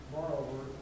Moreover